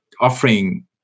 offering